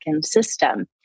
system